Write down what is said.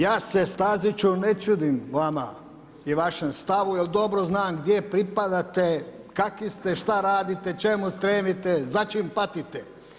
Ja se Staziću ne čudim vama i vašem stavu jer dobro znam gdje pripadate, kakvi ste, šta radite, čemu stremite, za čim patite.